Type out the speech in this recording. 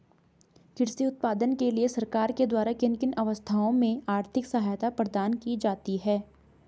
कृषि उत्पादन के लिए सरकार के द्वारा किन किन अवस्थाओं में आर्थिक सहायता प्रदान की जाती है?